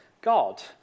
God